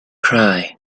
cry